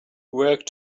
work